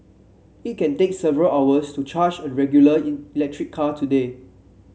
it can take several hours to charge a regular electric car today